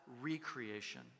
recreation